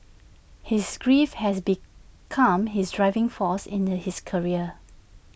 his grief has become his driving force in the his career